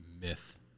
myth